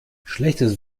schlechtes